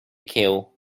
keel